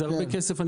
זה הרבה כסף.